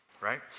right